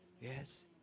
Yes